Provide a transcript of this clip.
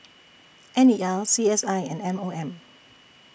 N E L C S I and M O M